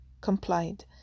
complied